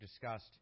discussed